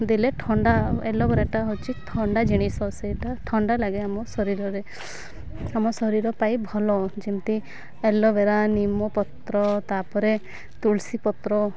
ଦେଲେ ଥଣ୍ଡା ଏଲୋଭେରାଟା ହେଉଛି ଥଣ୍ଡା ଜିନିଷ ସେଇଟା ଥଣ୍ଡା ଲାଗେ ଆମ ଶରୀରରେ ଆମ ଶରୀର ପାଇଁ ଭଲ ଯେମିତି ଏଲୋଭେରା ନିମ ପତ୍ର ତାପରେ ତୁଳସୀ ପତ୍ର